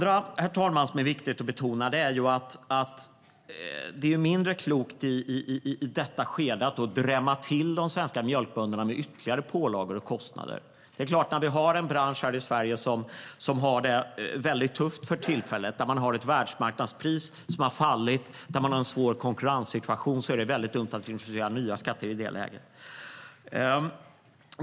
Det andra som är viktigt att betona är att det är mindre klokt i detta skede att drämma till de svenska mjölkbönderna med ytterligare pålagor och kostnader. Vi har en bransch här i Sverige som har det väldigt tufft för tillfället. Man har ett världsmarknadspris som har fallit och en svår konkurrenssituation. Det är i det läget väldigt dumt att introducera nya skatter. Herr talman!